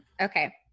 Okay